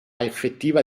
effettiva